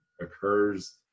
occurs